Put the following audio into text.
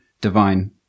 Divine